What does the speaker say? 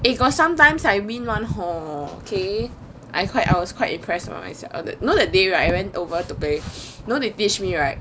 eh got sometimes I win one hor okay I quite I was quite impressed by myself you know that day right I went over to play you know they teach me right